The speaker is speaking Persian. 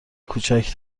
کوچک